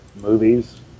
movies